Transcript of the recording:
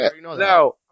now